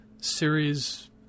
series